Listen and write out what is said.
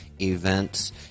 events